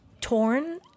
torn